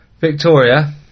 Victoria